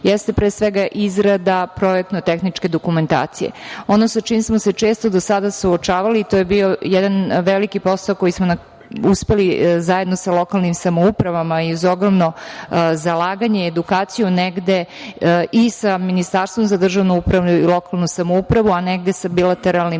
jeste, pre svega, izrada projektno-tehničke dokumentacije. Ono sa čim smo se često do sada suočavali to je bio jedan veliki posao koji smo uspeli zajedno sa lokalnim samoupravama uz ogromno zalaganje i edukaciju negde i sa Ministarstvom za državnu upravu i lokalnu samoupravu, a negde sa bilateralnim